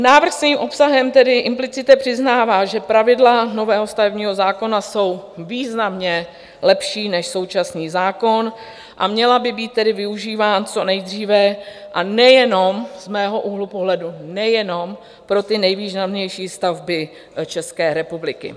Návrh svým obsahem tedy implicitně přiznává, že pravidla nového stavebního zákona jsou významně lepší než současný zákon, a měla by být tedy využívána co nejdříve, a nejenom z mého úhlu pohledu pro ty nejvýznamnější stavby České republiky.